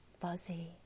fuzzy